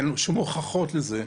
כי אין שום הוכחות לזה.